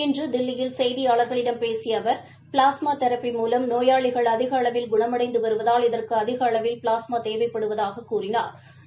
இன்று தில்லியில் செய்தியாளர்களிடம் பேசிய அவர் ப்ளாமா தெரபி மூலம் நோயாளிகள் அதிக அளவில் குணமடைந்து வருவதால் இதற்கு அதிக அளவில் ப்ளாஸ்மா தேவைப்படுவதாகக் கூறினாா்